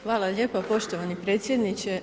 Hvala lijepo poštovani predsjedniče.